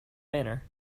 banner